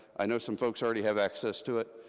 i know some folks already have access to it.